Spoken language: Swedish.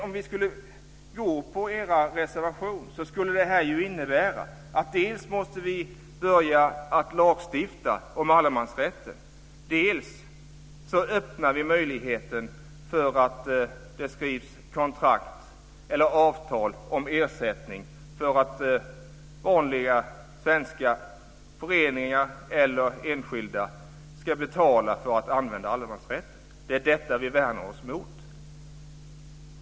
Om vi skulle anta er reservation skulle det innebära att vi dels måste börja lagstifta om allemansrätten, dels att vi öppnar möjligheten för att det skrivs kontrakt eller avtal om ersättning så att vanliga svenska föreningar eller enskilda ska betala för att använda allemansrätten. Det är detta vi vänder oss emot.